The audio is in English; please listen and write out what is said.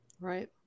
Right